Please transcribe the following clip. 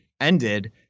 ended